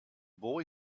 boy